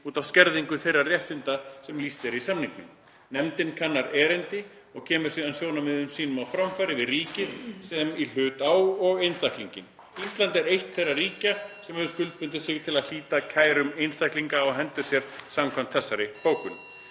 út af skerðingu þeirra réttinda sem lýst er í samningnum. Nefndin kannar erindin og kemur síðan sjónarmiðum sínum á framfæri við ríkið sem í hlut á og einstaklinginn. Ísland er eitt þeirra ríkja sem hefur skuldbundið sig til að hlíta kærum einstaklinga á hendur sér samkvæmt þessari bókun.“